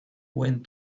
went